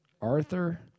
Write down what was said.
Arthur